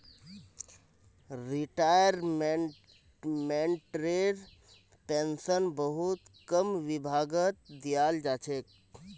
रिटायर्मेन्टटेर pension बहुत कम विभागत दियाल जा छेक